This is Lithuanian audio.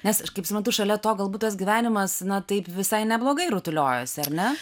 nes aš kaip suprantu šalia to galbūt tas gyvenimas na taip visai neblogai rutuliojosi ar ne